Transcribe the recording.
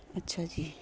ਅੱਛਾ ਜੀ